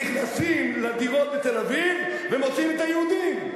נכנסים לדירות בתל-אביב ומוציאים את היהודים,